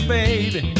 baby